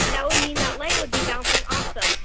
that would mean that light would be bouncing off them,